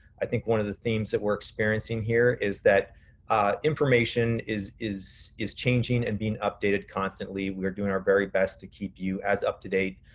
i think one of the themes that we're experiencing here is that information is is changing and being updated constantly. we're doing our very best to keep you as up to date.